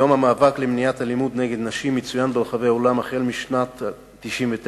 יום המאבק למניעת אלימות נגד נשים מצוין ברחבי העולם משנת 1999,